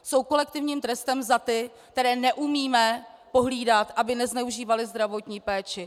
Jsou kolektivním trestem za ty, které neumíme pohlídat, aby nezneužívali zdravotní péče.